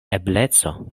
ebleco